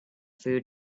food